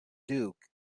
duke